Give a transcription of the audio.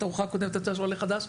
התערוכה הקודמת היתה של עולה חדש.